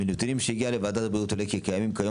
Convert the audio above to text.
מנתונים שהגיעו לוועדת הבריאות עולה כי קיימים כיום